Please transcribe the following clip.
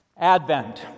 Advent